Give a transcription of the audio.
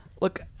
Look